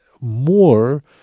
more